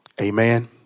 Amen